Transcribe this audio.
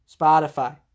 Spotify